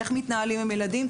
איך מתנהלים עם ילדים,